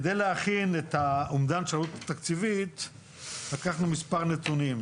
על מנת שנוכל להכין את האומדן של העלות התקציבית לקחנו מספר נתונים.